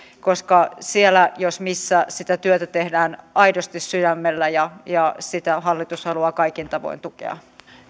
koska siellä jos missä sitä työtä tehdään aidosti sydämellä ja ja sitä hallitus haluaa kaikin tavoin tukea